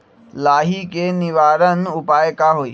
लाही के निवारक उपाय का होई?